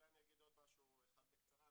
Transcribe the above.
אולי אני אגיד עוד משהו אחד בקצרה.